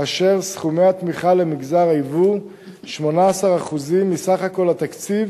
וסכומי התמיכה למגזר היוו 18% מסך התקציב